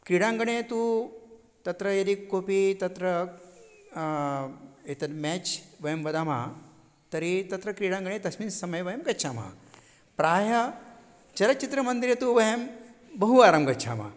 क्रीडाङ्गणे तु तत्र यदि कोपि तत्र एतद् मेच् वयं वदामः तर्हि तत्र क्रीडाङ्गणे तस्मिन् समये वयं गच्छामः प्रायः चलच्चित्रमन्दिरे तु वयं बहुवारं गच्छामः